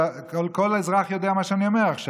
כל אזרח יודע מה שאני אומר עכשיו.